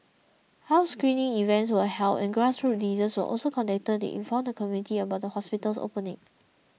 health screening events were held and grassroots leaders were also contacted inform the community about the hospital's opening